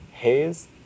haze